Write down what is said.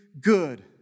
good